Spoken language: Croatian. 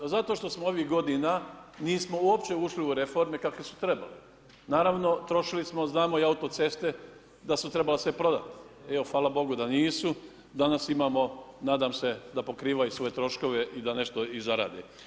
Zato što smo ovih godina nismo uopće ušli u reforme kakve su trebale, naravno trošili smo, znamo i autoceste da su trebale sve prodati, fala bogu da nisu, danas imamo nadam se da pokrivaju svoje troškove i da nešto i zarade.